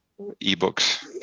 ebooks